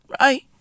Right